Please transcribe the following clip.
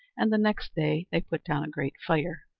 and the next day they put down a great fire,